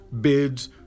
bids